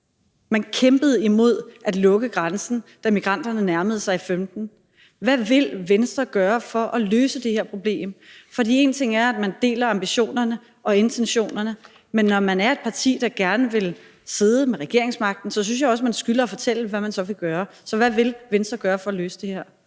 Man kæmpede imod at lukke grænsen, da migranterne nærmede sig i 2015. Hvad vil Venstre gøre for at løse det her problem? For én ting er, at man deler ambitionerne og intentionerne, men når man er et parti, der gerne vil sidde med regeringsmagten, så synes jeg også, man skylder at fortælle, hvad man så vil gøre. Så hvad vil Venstre gøre for at løse det her?